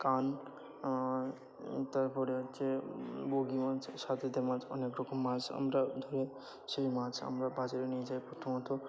কান তার পরে হচ্ছে বগি মাছ সাথেতে মাছ অনেক রকম মাছ আমরা ধরে সেই মাছ আমরা বাজারে নিয়ে যাই প্রথমত